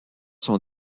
sont